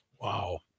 Wow